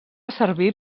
servir